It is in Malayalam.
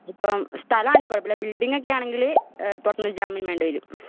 ഇപ്പം സ്ഥലമാണെങ്കിൽ കുഴപ്പമില്ല ബിൽഡിങ്ങൊക്കെ ആണെങ്കിൽ പുറത്തുനിന്ന് ജാമ്യം വേണ്ടിവരും